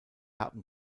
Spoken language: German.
haben